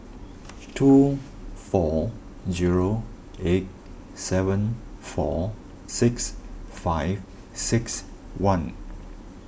two four zero eight seven four six five six one